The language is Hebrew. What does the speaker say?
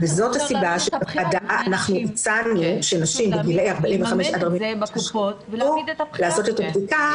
וזאת הסיבה שאנחנו הצענו שנשים בגילאי 45-49 --- לעשות את הבדיקה,